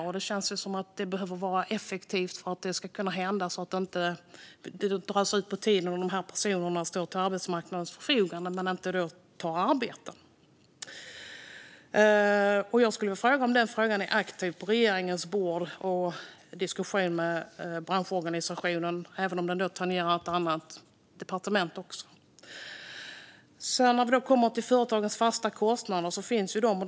Och det behöver vara effektivt, så att det inte drar ut på tiden. Personerna står till arbetsmarknadens förfogande men arbetar inte. Jag skulle vilja veta om regeringen är aktiva i den frågan och om man för en diskussion med branschorganisationen, även om frågan tangerar även ett annat departement. När det gäller företagens fasta kostnader finns de ju.